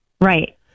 Right